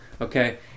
okay